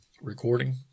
Recording